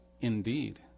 Indeed